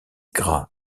graves